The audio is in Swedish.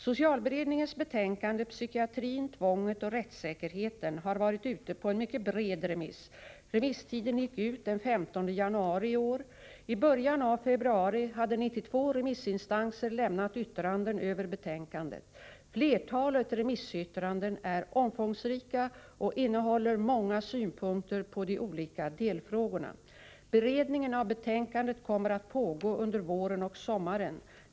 Socialberedningens betänkande Psykiatrin, tvånget och rättssäkerheten har varit ute på en mycket bred remiss. Remisstiden gick ut den 15 januari i år. I början av februari hade 92 remissinstanser lämnat yttranden över betänkandet. Flertalet remissyttranden är omfångsrika och innehåller många synpunkter på de olika delfrågorna. Beredningen av betänkandet kommer att pågå under våren och sommaren.